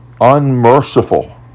unmerciful